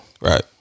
Right